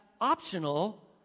optional